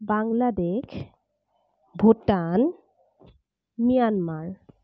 Bangladesh Bhutan Myanmar